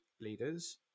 leaders